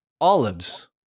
Olives